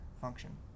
function